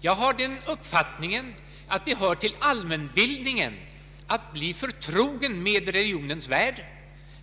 Jag har den uppfattningen att det tillhör allmänbildningen att bli förtrogen med religionens värld,